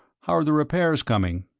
how are the repairs coming?